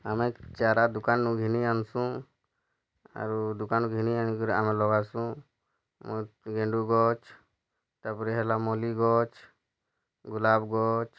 ଆମେ ଚାରା ଦୋକାନ୍ ନୁ ଘିନି ଆନିସୁଁ ଆରୁ ଦୋକାନ୍ ଘିନି ଆଣି କିରି ଆମେ ଲଗାସୁଁ ଆମର ଗେଣ୍ଡୁ ଗଛ୍ ତା'ପରେ ହେଲା ମଲ୍ଲୀ ଗଛ୍ ଗୁଲାବ୍ ଗଛ୍